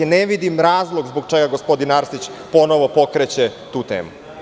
Ne vidim razlog zbog čega gospodin Arsić ponovo pokreće tu temu.